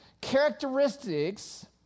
characteristics